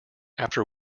after